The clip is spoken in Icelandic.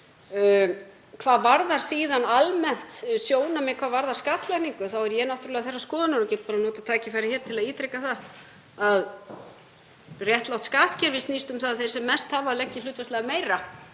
Hvað varðar síðan almenn sjónarmið hvað varðar skattlagningu er ég náttúrlega þeirrar skoðunar, og get bara notað tækifærið til að ítreka það, að réttlátt skattkerfi snýst um að þeir sem mest hafa leggi hlutfallslega meira